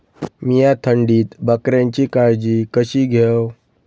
मीया थंडीत बकऱ्यांची काळजी कशी घेव?